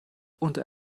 unter